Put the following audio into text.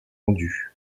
rendu